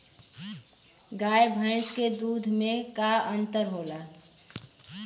गाय भैंस के दूध में का अन्तर होला?